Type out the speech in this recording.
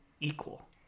equal